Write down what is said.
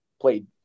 played